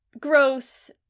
gross